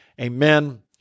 Amen